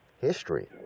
history